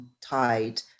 tied